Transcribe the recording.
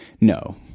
no